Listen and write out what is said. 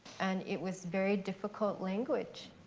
and it was very difficult language.